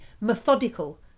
methodical